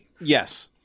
Yes